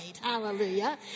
Hallelujah